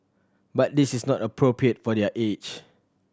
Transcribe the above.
but this is not appropriate for their age